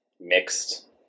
mixed